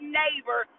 neighbor